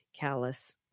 callous